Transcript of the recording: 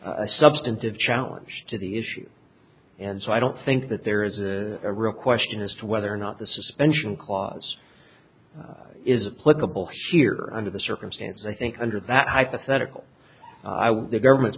a substantive challenge to the issue and so i don't think that there is a real question as to whether or not the suspension clause is a political shear under the circumstances i think under that hypothetical the government's